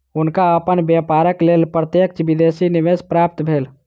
हुनका अपन व्यापारक लेल प्रत्यक्ष विदेशी निवेश प्राप्त भेल